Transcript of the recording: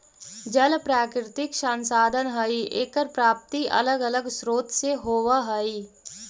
जल प्राकृतिक संसाधन हई एकर प्राप्ति अलग अलग स्रोत से होवऽ हई